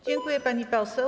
Dziękuję, pani poseł.